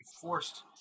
forced